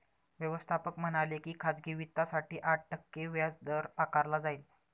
व्यवस्थापक म्हणाले की खाजगी वित्तासाठी आठ टक्के व्याजदर आकारला जाईल